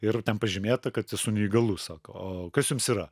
ir ten pažymėta kad esu neįgalus sako o kas jums yra